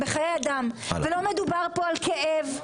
לא מדובר פה על כאב.